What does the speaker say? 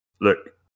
Look